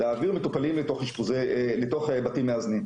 להעביר מטופלים לתוך בתים מאזנים.